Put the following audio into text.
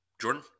jordan